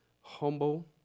humble